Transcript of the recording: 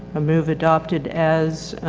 ah move adopted as,